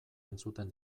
entzuten